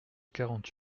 quarante